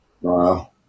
Wow